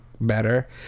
Better